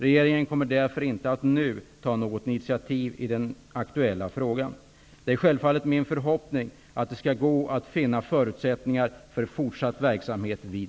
Regeringen kommer därför inte att nu ta något initiativ i den aktuella frågan. Det är självfallet min förhoppning att det skall gå att finna förutsättningar för fortsatt verksamhet vid